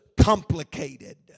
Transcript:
complicated